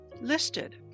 listed